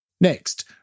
Next